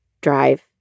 drive